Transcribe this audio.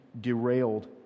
derailed